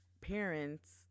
parents